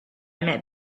met